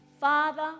Father